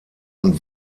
und